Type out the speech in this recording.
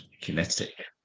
Kinetic